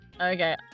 okay